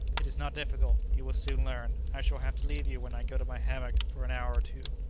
it is not difficult. you will soon learn. i shall have to leave you when i go to my hammock for an hour or two.